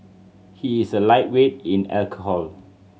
he is a lightweight in alcohol